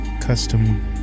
custom